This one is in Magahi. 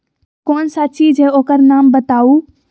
कौन सा चीज है ओकर नाम बताऊ?